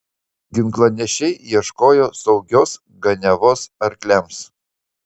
ginklanešiai ieškojo saugios ganiavos arkliams